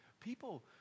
people